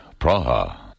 Praha